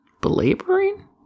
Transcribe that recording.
Belaboring